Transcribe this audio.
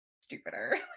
stupider